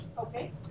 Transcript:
Okay